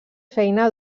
feina